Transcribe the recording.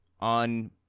on